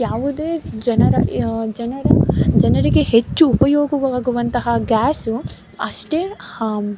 ಯಾವುದೇ ಜನರ ಜನರ ಜನರಿಗೆ ಹೆಚ್ಚು ಉಪಯೋಗವಾಗುವಂತಹ ಗ್ಯಾಸು ಅಷ್ಟೇ ಹಾಂ